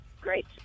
great